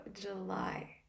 July